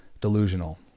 delusional